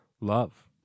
love